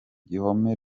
gihome